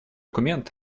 документ